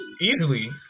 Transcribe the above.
easily